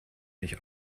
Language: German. nicht